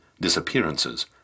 disappearances